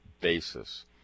basis